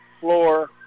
floor